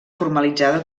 formalitzada